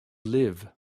live